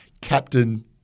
Captain